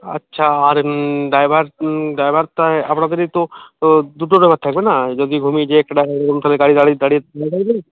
আচ্ছা আর driver driver তাই আপনাদেরই তো দুটো ড্রাইভার থাকবে না যদি ঘুমিয়ে যায় একটা ড্রাইভার ওরকম তাহলে গাড়ি দাঁড়ি দাঁড়িয়ে থাকবে না